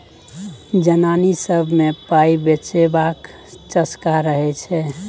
जनानी सब मे पाइ बचेबाक चस्का रहय छै